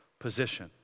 position